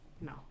no